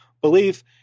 belief